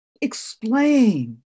Explain